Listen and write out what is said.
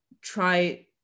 try